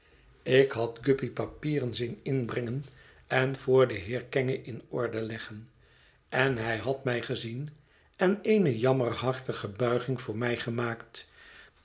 ik had guppy papieren zien inbrengen en voor den heer kenge in orde leggen en hij had mij gezien en eene jammerhartige buiging voor mij gemaakt